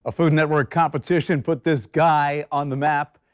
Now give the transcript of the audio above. a food network competition puts this guy on the map.